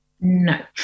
No